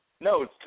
No